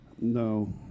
No